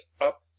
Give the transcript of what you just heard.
up